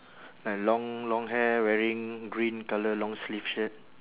like long long hair wearing green colour long sleeve shirt